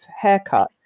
haircut